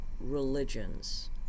religions